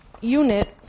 unit